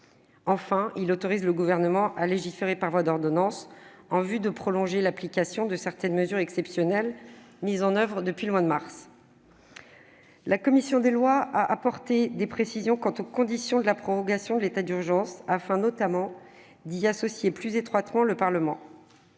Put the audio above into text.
Enfin, il autorise le Gouvernement à légiférer par voie d'ordonnances en vue de prolonger l'application de certaines mesures exceptionnelles mises en oeuvre depuis mars dernier. La commission des lois a apporté des précisions quant aux conditions de la prorogation de l'état d'urgence sanitaire afin notamment d'y associer plus étroitement le Parlement.